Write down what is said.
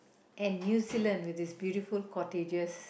and New Zealand with it's beautiful cottages